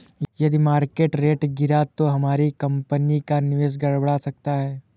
यदि market rate गिरा तो हमारी कंपनी का निवेश गड़बड़ा सकता है